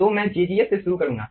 तो मैं jgf से शुरू करूंगा